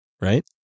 right